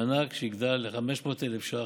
מענק שיגדל ל-500,000 ש"ח,